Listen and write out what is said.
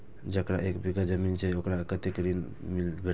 जकरा एक बिघा जमीन छै औकरा कतेक कृषि ऋण भेटत?